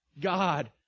God